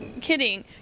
kidding